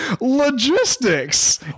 Logistics